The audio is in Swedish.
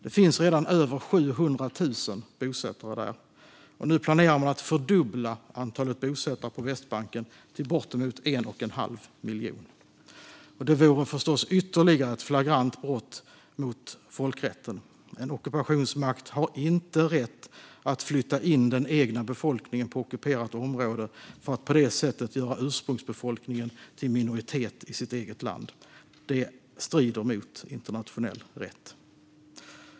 Det finns redan över 700 000 bosättare. Nu planerar man att fördubbla antalet bosättare på Västbanken till bortemot 1,5 miljoner. Det vore förstås ytterligare ett flagrant brott mot folkrätten. En ockupationsmakt har inte rätt att flytta in den egna befolkningen på ockuperat område för att på det sättet göra ursprungsbefolkningen till minoritet i sitt eget land. Det strider mot internationell rätt.